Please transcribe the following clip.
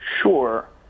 Sure